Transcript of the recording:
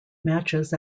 matches